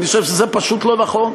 אני חושב שזה פשוט לא נכון.